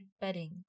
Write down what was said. bedding